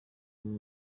muri